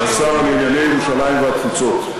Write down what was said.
והשר לענייני ירושלים והתפוצות.